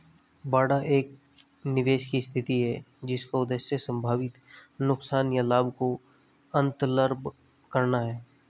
बाड़ा एक निवेश की स्थिति है जिसका उद्देश्य संभावित नुकसान या लाभ को अन्तर्लम्ब करना है